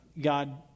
God